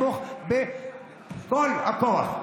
נתמוך בכל הכוח.